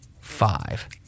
five